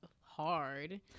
hard